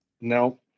no